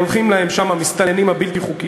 הולכים להם שם המסתננים הבלתי-חוקיים.